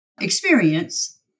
experience